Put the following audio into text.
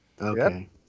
Okay